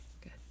good